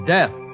Death